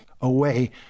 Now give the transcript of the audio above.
away